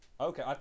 Okay